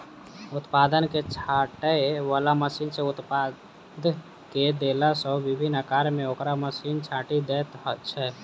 उत्पाद के छाँटय बला मशीन मे उत्पाद के देला सॅ विभिन्न आकार मे ओकरा मशीन छाँटि दैत छै